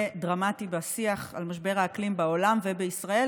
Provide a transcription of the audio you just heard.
דרמטי בשיח על משבר האקלים בעולם ובישראל,